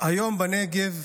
היום בנגב